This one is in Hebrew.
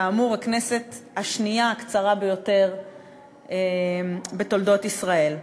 כאמור, הכנסת השנייה הקצרה ביותר בתולדות ישראל.